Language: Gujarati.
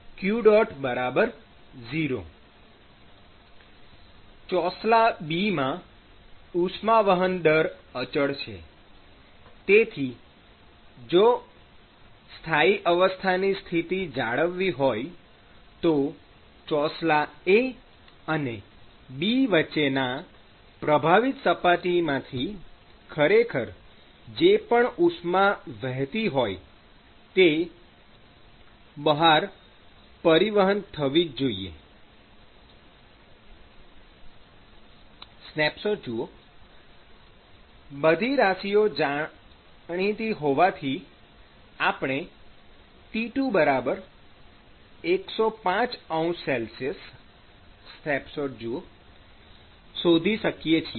કારણ કે q 0 ચોસલા B માં ઉષ્મા વહન દર અચળ છે તેથી જો સ્થાયી અવસ્થાની સ્થિતિ જાળવવી હોય તો ચોસલા A અને B વચ્ચેના પ્રભાવિત સપાટીમાંથી ખરેખર જે પણ ઉષ્મા વહેતી હોય તે બહાર પરિવહન થવી જોઈએ સ્નેપશોટ જુઓ બધી રાશિઓ જાણીતી હોવાથી આપણે T2 105°C સ્નેપશોટ જુઓ શોધી શકીએ છીએ